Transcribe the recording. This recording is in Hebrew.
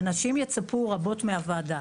אנשים יצפו רבות מהוועדה,